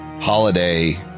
holiday